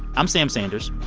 i'm sam sanders.